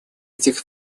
этих